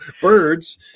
Birds